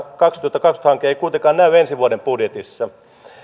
kaksituhattakaksikymmentä hanke ei kuitenkaan näy ensi vuoden budjetissa